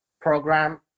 program